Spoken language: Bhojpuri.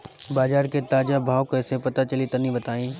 बाजार के ताजा भाव कैसे पता चली तनी बताई?